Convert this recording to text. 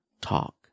talk